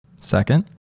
Second